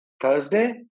Thursday